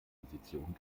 position